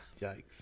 Yikes